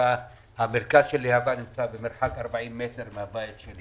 המרכז של להב"ה נמצא 40 מטר מהבית שלי